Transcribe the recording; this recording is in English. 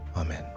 Amen